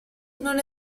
non